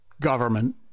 government